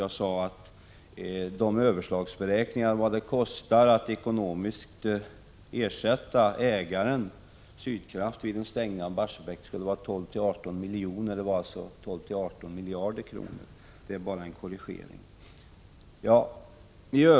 Jag sade att de överslagsberäkningar om vad det kostar att ekonomiskt ersätta ägaren Sydkraft vid en avstängning av Barsebäck visat att det skulle röra sig om 12-18 milj.kr. Det skulle vara 12-18 miljarder kronor.